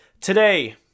Today